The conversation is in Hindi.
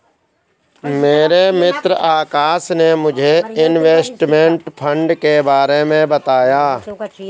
मेरे मित्र आकाश ने मुझे इनवेस्टमेंट फंड के बारे मे बताया